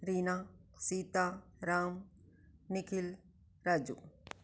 Reena Sita Ram Nikhil Raju